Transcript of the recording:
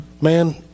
Man